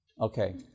Okay